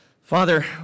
Father